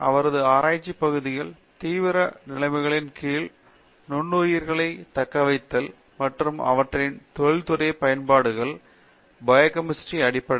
அவரது ஆராய்ச்சி பகுதிகள் தீவிர நிலைமைகளின் கீழ் நுண்ணுயிரிகளை தக்கவைத்தல் மற்றும் அவற்றின் தொழில்துறை பயன்பாடுகள் பயோகெமிஸ்ட்ரி ல் அடிப்படை